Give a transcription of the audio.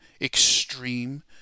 extreme